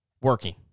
working